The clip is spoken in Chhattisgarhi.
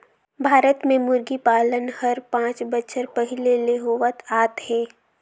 भारत में मुरगी पालन हर पांच बच्छर पहिले ले होवत आत हे